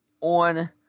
on